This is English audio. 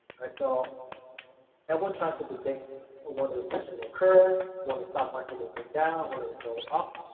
so everyone tries to predict ah when the recession will occur, when the stock market will go down, when it will go up.